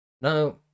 No